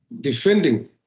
defending